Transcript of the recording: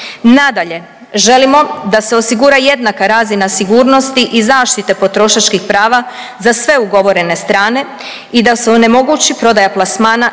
Nadalje, želimo da se osigura jednaka razina sigurnosti i zaštite potrošačkih prava za sve ugovorene strane i da se onemogući prodaja plasmana